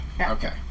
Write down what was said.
Okay